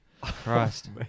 Christ